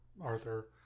Arthur